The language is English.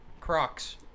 Crocs